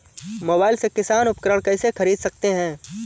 Mobile से किसान उपकरण कैसे ख़रीद सकते है?